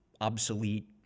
obsolete